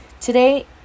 Today